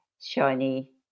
shiny